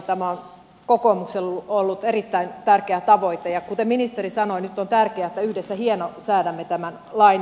tämä on kokoomukselle ollut erittäin tärkeä tavoite ja kuten ministeri sanoi nyt on tärkeää että yhdessä hienosäädämme tämän lain